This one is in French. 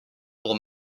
pour